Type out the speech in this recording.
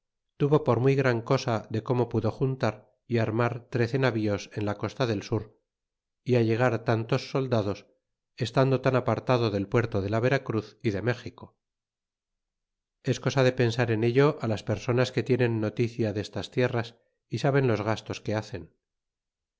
tuvo por muy gran cosa de como pudo juntar y armar trece navíos en la costa del sur y allegar tantos soldados estando tan apartado del puerto de la veracruz y de méxico es cosa de pensar en ello á las personas que tienen noticia destas tierras y saben los gastos que hacen